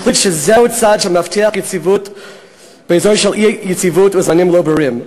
החליט שזהו צעד שמבטיח יציבות באזור של אי-יציבות וזמנים לא ברורים.